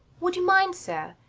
would you mind, sir,